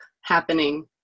happening